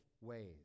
ways